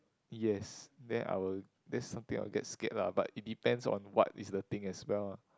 yes then I will that's something that I will get scared lah but it depends what is the thing as well lah